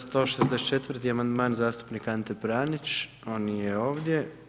164. amandman zastupnik Ante Pranić, on nije ovdje.